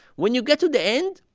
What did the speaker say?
when you get to the end,